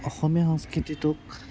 অসমীয়া সংস্কৃতিটোক